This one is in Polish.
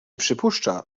przypuszcza